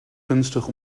gunstig